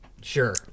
Sure